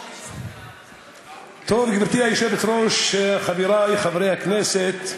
טוב, גברתי היושבת-ראש, חברי חברי הכנסת,